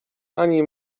ani